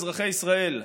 אזרחי ישראל,